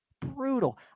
Brutal